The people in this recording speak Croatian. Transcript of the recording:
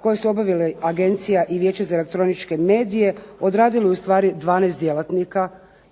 koje su obavili Agencija i Vijeće za elektroničke medije odradilo je ustvari 12 djelatnika